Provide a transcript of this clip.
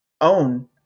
own